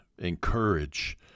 encourage